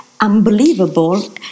unbelievable